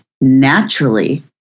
naturally